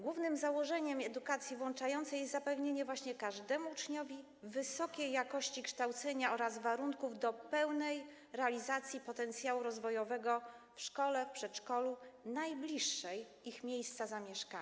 Głównym założeniem edukacji włączającej jest zapewnienie właśnie każdemu uczniowi wysokiej jakości kształcenia oraz warunków do pełnej realizacji potencjału rozwojowego w szkole, w przedszkolu, jak najbliżej miejsca zamieszania.